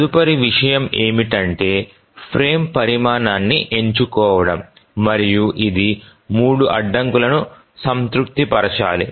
తదుపరి విషయం ఏమిటంటే ఫ్రేమ్ పరిమాణాన్ని ఎంచుకోవడం మరియు ఇది 3 అడ్డంకులను సంతృప్తిపరచాలి